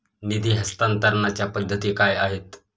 निधी हस्तांतरणाच्या पद्धती काय आहेत?